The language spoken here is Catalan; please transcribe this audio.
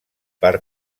per